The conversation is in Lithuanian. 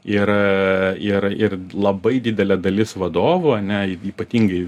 ir ir ir labai didelė dalis vadovų ane ypatingai